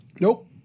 Nope